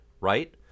right